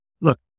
look